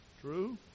True